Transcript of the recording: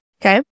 okay